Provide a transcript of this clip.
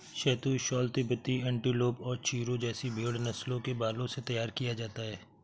शहतूश shawl तिब्बती antelope और चिरु जैसी भेड़ नस्लों के बालों से तैयार किया जाता है